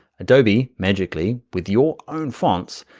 adobe, magically, with your own fonts,